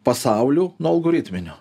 pasaulio nuo algoritminio